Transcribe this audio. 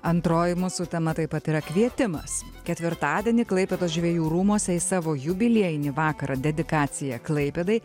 antroji mūsų tema taip pat yra kvietimas ketvirtadienį klaipėdos žvejų rūmuose į savo jubiliejinį vakarą dedikacija klaipėdai